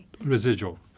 residual